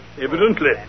Evidently